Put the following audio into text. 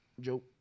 Joe